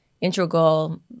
integral